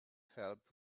help